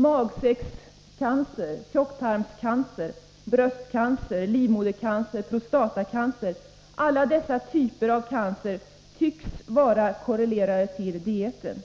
Magsäckscancer, tjocktarmscancer, bröstcancer, livmodercancer, prostatacancer — alla dessa typer av cancer tycks vara korrelerade till dieten.